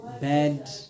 bad